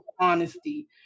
honesty